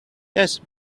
yes